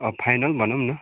final भनौँ न